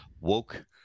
woke